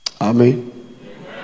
Amen